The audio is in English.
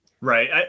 Right